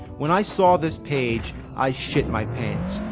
when i saw this page, i shit my pants.